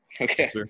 Okay